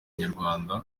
inyarwanda